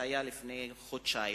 לפני חודשיים,